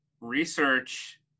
research